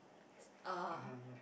uh